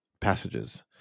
passages